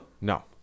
No